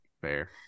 fair